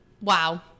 Wow